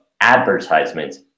advertisements